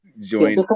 join